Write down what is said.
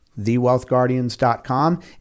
thewealthguardians.com